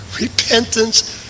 Repentance